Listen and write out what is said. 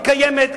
היא קיימת,